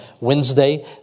Wednesday